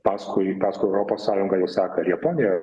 paskui paskui europos sąjungą jaue seka ir japonija